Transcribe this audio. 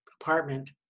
apartment